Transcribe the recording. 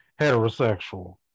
heterosexual